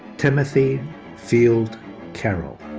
timothy field carroll.